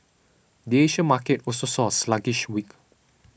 the Asia market also saw a sluggish week